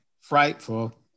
frightful